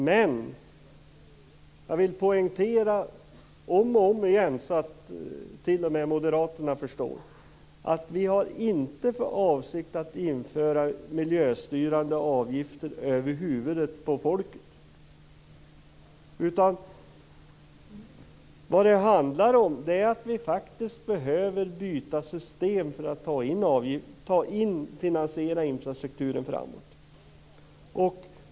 Men jag vill poängtera om och om igen, så att t.o.m. moderaterna förstår, att vi inte har för avsikt att införa miljöstyrande avgifter över huvudet på folket. Vad det handlar om är att vi faktiskt behöver byta system för att finansiera infrastrukturen framöver.